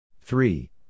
three